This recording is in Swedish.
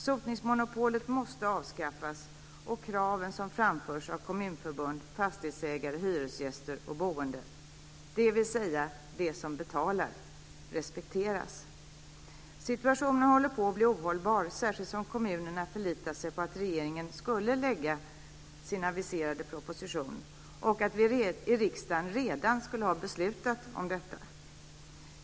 Sotningsmonopolet måste avskaffas och kraven som framförs av Kommunförbundet, fastighetsägare, hyresgäster och boende, dvs. de som betalar, respekteras. Situationen håller på att bli ohållbar, särskilt som kommunerna förlitat sig på att regeringen skulle lägga fram sin aviserade proposition och att vi i riksdagen redan skulle ha beslutat om detta.